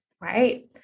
right